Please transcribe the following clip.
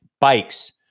bikes